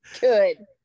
Good